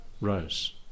rose